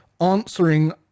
answering